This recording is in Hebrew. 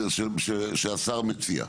שהשר מציע.